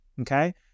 Okay